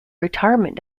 retirement